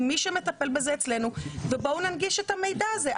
עם מי שמטפל בזה אצלנו ובואו ננגיש את המידע הזה.